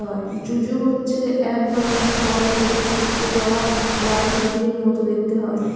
jujube হচ্ছে এক ধরনের ফল যেটা শুকিয়ে যাওয়া লাল খেজুরের মত দেখতে হয়